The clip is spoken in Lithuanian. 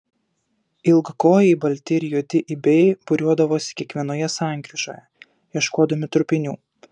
ilgakojai balti ir juodi ibiai būriuodavosi kiekvienoje sankryžoje ieškodami trupinių